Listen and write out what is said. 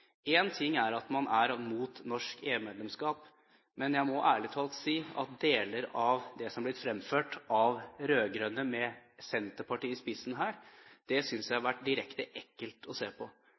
Én ting er at man er imot norsk EU-medlemskap. Men jeg må ærlig talt si at deler av det som er fremført av rød-grønne, med Senterpartiet i spissen, synes jeg har vært direkte ekkelt å høre på.